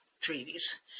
treaties